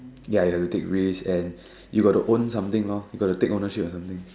ya you have to take risk and you gotta own something lor you gotta take ownership or something